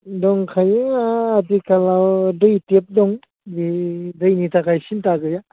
दंखायो आथिखालाव दै टेप दं बे दैनि थाखाय सिन्था गैया